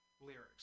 lyrics